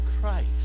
Christ